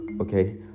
Okay